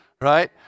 right